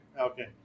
Okay